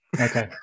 Okay